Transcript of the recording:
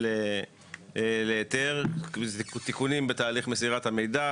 ולא ליפול למלכודת של בניין,